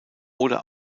oder